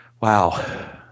wow